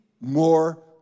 more